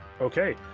Okay